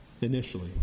initially